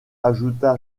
ajouta